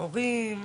הורים,